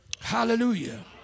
Hallelujah